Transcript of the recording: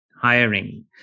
hiring